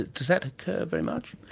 does that occur very much?